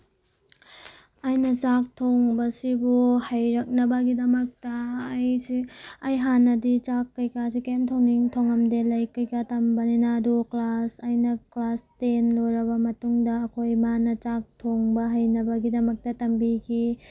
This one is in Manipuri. ꯑꯩꯅ ꯆꯥꯛ ꯊꯣꯡꯕꯁꯤꯕꯨ ꯍꯩꯔꯛꯅꯕꯒꯤꯗꯃꯛꯇ ꯑꯩꯁꯦ ꯑꯩ ꯍꯥꯟꯅꯗꯤ ꯆꯥꯛ ꯀꯩꯀꯥꯁꯦ ꯀꯔꯤꯝ ꯊꯣꯡꯉꯝꯗꯦ ꯂꯥꯏꯔꯤꯛ ꯀꯩꯀꯥ ꯇꯝꯕꯅꯤꯅ ꯑꯗꯨ ꯀ꯭ꯂꯥꯁ ꯑꯩꯅ ꯀ꯭ꯂꯥꯁ ꯇꯦꯟ ꯂꯣꯏꯔꯕ ꯃꯇꯨꯡꯗ ꯑꯩꯈꯣꯏ ꯏꯃꯥꯅ ꯆꯥꯛ ꯊꯣꯡꯕ ꯍꯩꯅꯕꯒꯤꯗꯃꯛꯇ ꯇꯝꯕꯤꯈꯤ